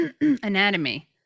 anatomy